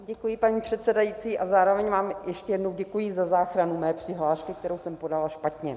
Děkuji, paní předsedající, a zároveň vám ještě jednou děkuji za záchranu mé přihlášky, kterou jsem podala špatně.